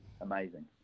amazing